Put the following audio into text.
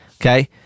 Okay